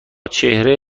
چهره